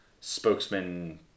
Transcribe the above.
spokesman